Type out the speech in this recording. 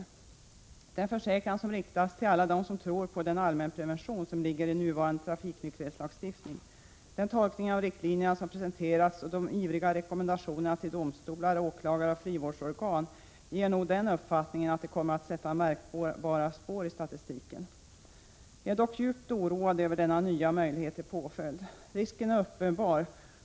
Det är en försäkran som riktas till alla dem som tror på den allmänprevention som ligger i nuvarande trafiknykterhetslagstiftning. Den tolkning av riktlinjerna som presenterats och de ivriga rekommendationerna till domstolar, åklagare och frivårdsorgan ger nog den uppfattningen att det kommer att sätta märkbara spår i statistiken. Jag är dock djupt oroad över denna nya möjlighet till påföljd. Risken är uppenbar.